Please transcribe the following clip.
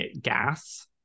gas